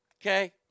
okay